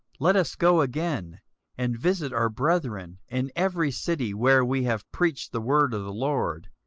let us go again and visit our brethren in every city where we have preached the word of the lord,